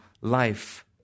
life